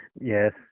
Yes